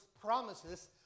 promises